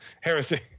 Heresy